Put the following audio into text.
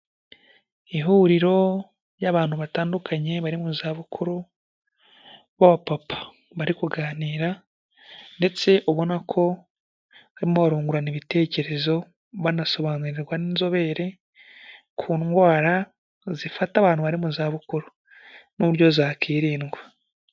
Ihuriro ry'abantu batandukanye bari mu zabukuru baba papa bari kuganira, ndetse ubona ko barimo barungurana ibitekerezo banasobanurirwa n'inzobere ku ndwara zifata abantu bari mu za bukuru n'uburyo zakirindwa.